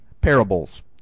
parables